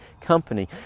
company